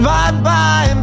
Bye-bye